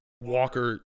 Walker